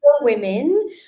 women